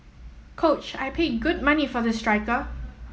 coach I paid good money for this striker